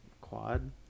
Quad